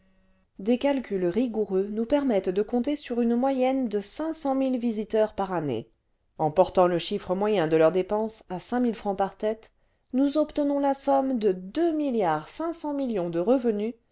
des calculs rigoureux nous permettent de compter sur une moyenne de visiteurs par année en portant le chiffre moyen de leurs dépenses à francs par tête nous obtenons la somme de deux milliards cinq cents millions de revenu